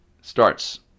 starts